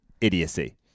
idiocy